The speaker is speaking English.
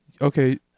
Okay